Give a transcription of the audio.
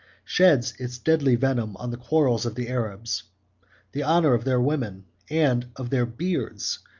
sheds its deadly venom on the quarrels of the arabs the honor of their women, and of their beards,